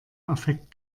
affekt